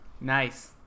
nice